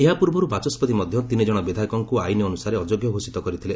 ଏହା ପୂର୍ବରୁ ବାଚସ୍କତି ମଧ୍ୟ ତିନି ଜଣ ବିଧାୟକଙ୍କୁ ଆଇନ୍ ଅନୁସାରେ ଅଯୋଗ୍ୟ ଘୋଷିତ କରିଥିଲେ